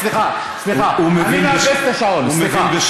סליחה, סליחה, אני מאפס את השעון.